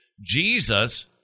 Jesus